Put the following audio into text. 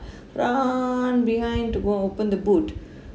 run behind to go open the boot